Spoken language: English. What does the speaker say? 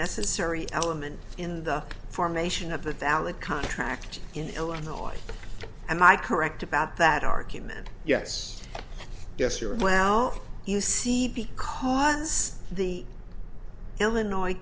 necessary element in the formation of a valid contract in illinois am i correct about that argument yes yes your well you see because the illinois